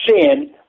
Sin